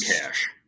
cash